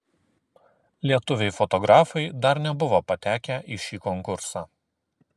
lietuviai fotografai dar nebuvo patekę į šį konkursą